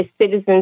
citizens